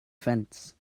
fence